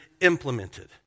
implemented